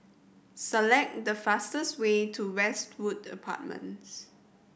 select the fastest way to Westwood Apartments